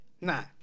nah